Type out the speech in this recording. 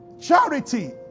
Charity